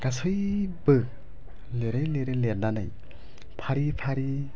गासैबो लिरै लिरै लिरनानै फारि फारि